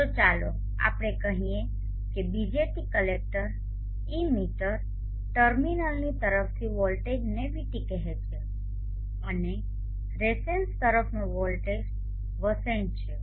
તો ચાલો આપણે કહીએ કે BJT કલેક્ટર ઇમીટર ટર્મિનલની તરફની વોલ્ટેજને VT કહેવામાં આવે છે અને રેસેન્સ તરફનો વોલ્ટેજ વસેન છે